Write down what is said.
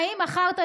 המניעה,